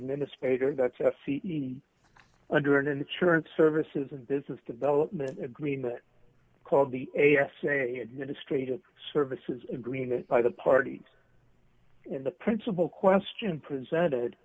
administrator that's s c t under an insurance services and business development agreement called the a s c a administrative services agreement by the parties and the principle question presented